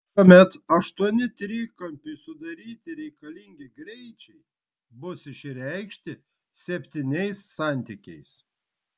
tuomet aštuoni trikampiui sudaryti reikalingi greičiai bus išreikšti septyniais santykiais